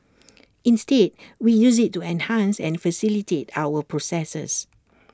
instead we use IT to enhance and facilitate our processes